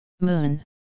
Moon